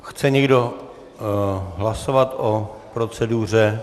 Chce někdo hlasovat o proceduře?